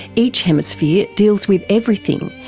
each hemisphere deals with everything,